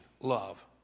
Love